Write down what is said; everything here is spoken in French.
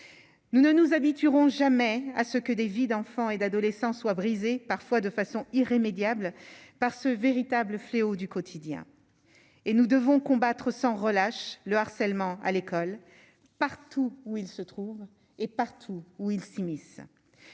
nous ne nous habitueront jamais à ce que des vies d'enfants et d'adolescents soit brisée, parfois de façon irrémédiable par ce véritable fléau du quotidien et nous devons combattre sans relâche le harcèlement à l'école, partout où ils se trouvent et partout où il s'immisce